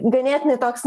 ganėtinai toks